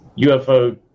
UFO